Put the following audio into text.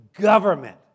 government